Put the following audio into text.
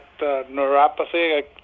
neuropathy